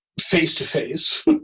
face-to-face